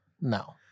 No